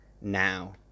now